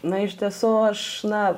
na iš tiesų aš na